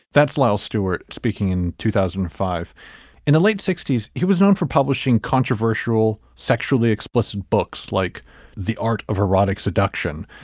that's lyle stewart speaking in two thousand and five in the late sixty s. he was known for publishing controversial sexually explicit books like the art of erotic seduction.